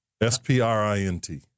S-P-R-I-N-T